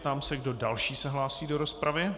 Ptám se, kdo další se hlásí do rozpravy.